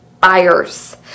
buyers